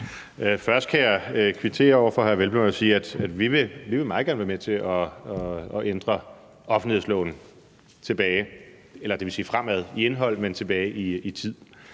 Hvelplund og sige, at vi meget gerne vil være med til at ændre offentlighedsloven – fremad i indhold, men tilbage i tid.